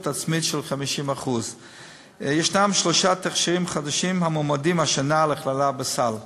עצמית של 50%. יש שלושה תכשירים חדשים המועמדים השנה להיכלל בסל,